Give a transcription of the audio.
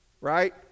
right